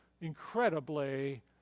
incredibly